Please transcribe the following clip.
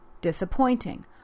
disappointing